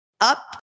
up